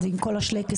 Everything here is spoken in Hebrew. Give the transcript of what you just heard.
אלא גם ייתכן שראש ממשלה